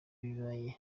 bibaye